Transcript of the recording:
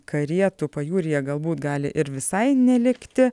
karietų pajūryje galbūt gali ir visai nelikti